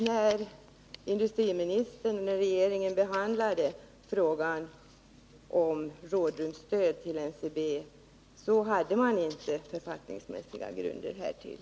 När industriministern och regeringen behandlade frågan om rådrumsstöd till NCB, hade man alltså inte författningsmässiga grunder härtill.